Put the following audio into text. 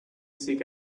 seek